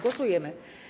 Głosujemy.